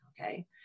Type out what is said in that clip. okay